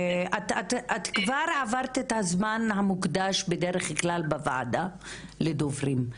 את כבר עברת את הזמן המוקדש בדרך כלל בוועדה לדוברים,